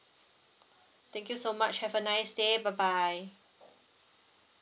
thank you so much have a nice day bye bye